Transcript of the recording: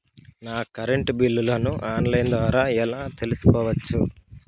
నా కరెంటు బిల్లులను online ద్వారా ఎలా తెలుసుకోవచ్చు?